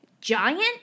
Giant